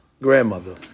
grandmother